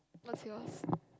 what's yours